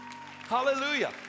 Hallelujah